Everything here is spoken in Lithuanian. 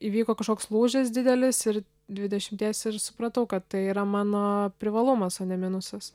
įvyko kažkoks lūžis didelis ir dvidešimties ir supratau kad tai yra mano privalumas o ne minusas